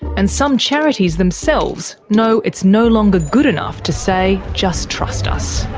and some charities themselves know it's no longer good enough to say just trust us.